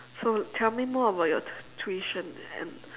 so tell me more about your tuition and